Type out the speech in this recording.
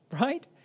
right